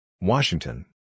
Washington